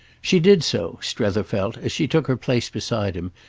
she did so, strether felt as she took her place beside him,